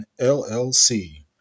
LLC